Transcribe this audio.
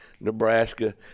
Nebraska